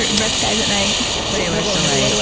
red skies at night, sailor's delight, so